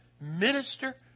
minister